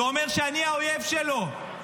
ואומר שאני האויב שלו,